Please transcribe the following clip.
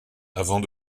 avant